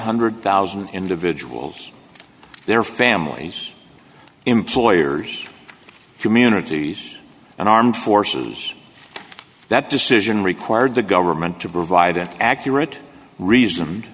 hundred thousand individuals their families employers communities and armed forces that decision required the government to provide an accurate reason